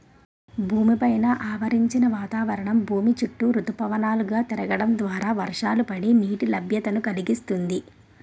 భూమి పైన ఆవరించిన వాతావరణం భూమి చుట్టూ ఋతుపవనాలు గా తిరగడం ద్వారా వర్షాలు పడి, నీటి లభ్యతను కలిగిస్తుంది